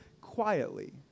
quietly